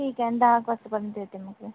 ठीक आहे ना दहाएक वाजतापर्यंत येते मग